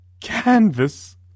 canvas